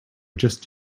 just